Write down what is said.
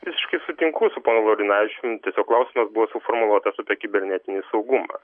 visiškai sutinku su ponu laurinavičium tiesiog klausimas buvo suformuluotas apie kibernetinį saugumą